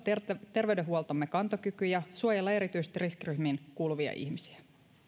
terveydenhuoltomme kantokyky ja suojella erityisesti riskiryhmiin kuuluvia ihmisiä